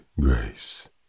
Grace